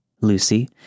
Lucy